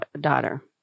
daughter